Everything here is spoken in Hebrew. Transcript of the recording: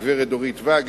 הגברת דורית ואג,